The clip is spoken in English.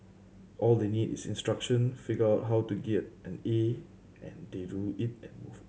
all they need is instruction figure out how to get an A and they do it and move on